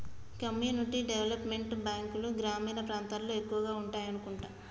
community development బ్యాంకులు గ్రామీణ ప్రాంతాల్లో ఎక్కువగా ఉండాయనుకుంటా